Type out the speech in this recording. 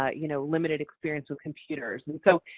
ah you know, limited experience with computers. and so,